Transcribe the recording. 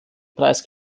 preis